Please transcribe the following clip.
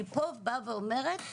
אני פה באה ואומרת,